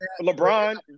LeBron